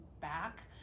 back